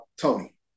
Tony